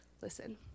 listen